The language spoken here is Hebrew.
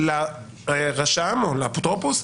לרשם או לאפוטרופוס,